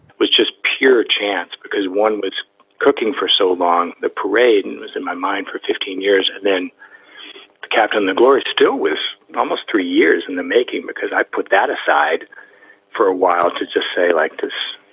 was just pure chance because one was cooking for so long. the parade and was in my mind for fifteen years. and then the captain, the glory still with almost three years in the making, because i put that aside for a while to just say like this.